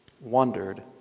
wondered